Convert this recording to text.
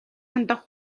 хандах